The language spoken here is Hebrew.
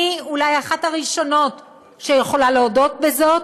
אני אולי אחת הראשונות שיכולות להודות בזאת,